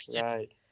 Right